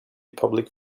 public